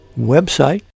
website